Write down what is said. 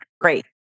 Great